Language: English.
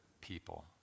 people